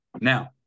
Now